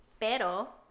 Pero